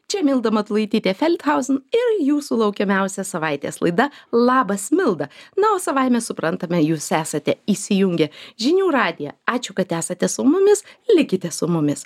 čia milda matulaitytė feldhausen ir jūsų laukiamiausia savaitės laida labas milda na o savaime suprantame jūs esate įsijungę žinių radiją ačiū kad esate su mumis likite su mumis